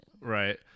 right